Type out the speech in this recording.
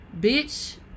Bitch